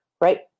right